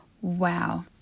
wow